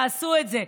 תעשו את זה,